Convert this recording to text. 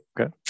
Okay